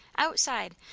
outside,